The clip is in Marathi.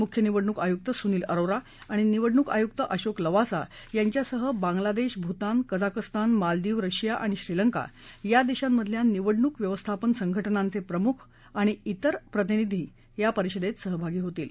मुख्य निवडणुक आयुक्त सुनील अरोरा आणि निवडणुक आयुक्त अशोक लवासा यांच्यासह बांग्लादेश भूतान कझाकस्तान मालदिव रशिया आणि श्रीलंका या देशांमधल्या निवडणूक व्यवस्थापन संघटनांचे प्रमुख आणि इतर प्रतिनिधीही या परिषदेत सहभागी होतील